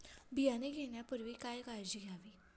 बियाणे घेण्यापूर्वी काय काळजी घ्यावी?